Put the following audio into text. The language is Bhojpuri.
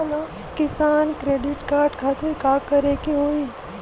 किसान क्रेडिट कार्ड खातिर का करे के होई?